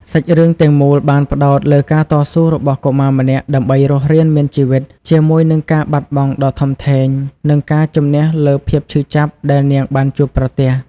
សាច់រឿងទាំងមូលបានផ្តោតលើការតស៊ូរបស់កុមារម្នាក់ដើម្បីរស់រានមានជីវិត ជាមួយនឹងការបាត់បង់ដ៏ធំធេង និងការជម្នះលើភាពឈឺចាប់ដែលនាងបានជួបប្រទះ។